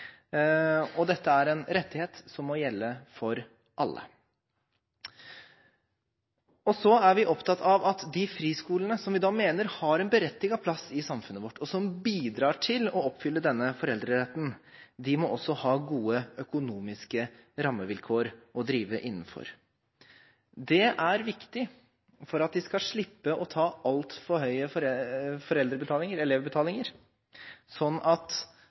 og dette er en rettighet som må gjelde for alle. Så er vi opptatt av at de friskolene som vi da mener har en berettiget plass i samfunnet vårt, og som bidrar til å oppfylle denne foreldreretten, også må ha gode økonomiske rammevilkår å drive innenfor. Det er viktig for at de skal slippe å ta altfor høye elevbetalinger, slik at